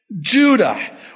Judah